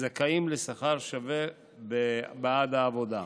זכאים לשכר שווה בעד העבודה.